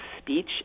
speech